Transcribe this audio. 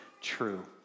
true